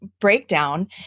breakdown